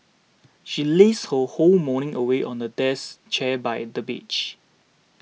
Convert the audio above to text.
she lazed her whole morning away on the death chair by the beach